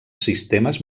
sistemes